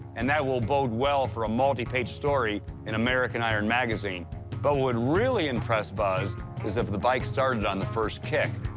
and that will bode well for a multi-page story in american iron magazine, but what'd really impress buzz is if the bike started on the first kick.